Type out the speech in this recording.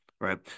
Right